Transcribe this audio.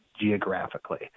geographically